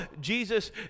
Jesus